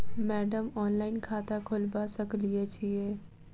Madam online खाता खोलबा सकलिये छीयै?